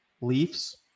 Leafs